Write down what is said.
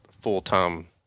full-time